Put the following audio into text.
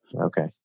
Okay